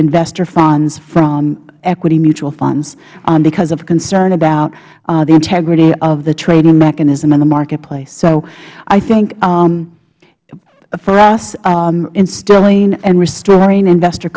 investor funds from equity mutual funds because of concern about the integrity of the trading mechanism in the marketplace so i think for us instilling and restoring investor